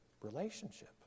relationship